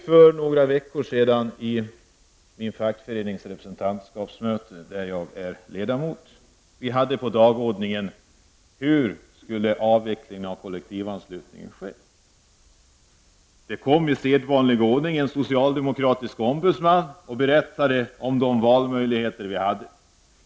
För några veckor sedan deltog jag i min fackförenings representantskapsmöte där jag är ledamot. På dagordningen hade vi uppe frågan om hur avvecklingen av kollektivanslutningen skulle ske. I sedvanlig ordning kom en socialdemokratisk ombudsman och berättade om de valmöjligheter som fanns.